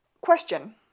Question